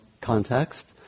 context